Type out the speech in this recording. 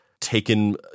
taken